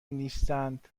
نیستند